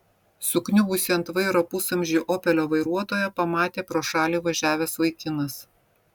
sukniubusį ant vairo pusamžį opelio vairuotoją pamatė pro šalį važiavęs vaikinas